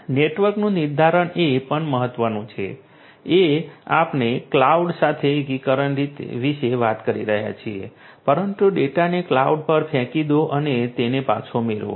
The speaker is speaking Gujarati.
નેટવર્કનું નિર્ધારણ એ પણ મહત્વનું છે કે આપણે ક્લાઉડ સાથે એકીકરણ વિશે વાત કરી રહ્યા છીએ પરંતુ ડેટાને ક્લાઉડ પર ફેંકી દો અને તેને પાછો મેળવો